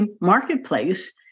marketplace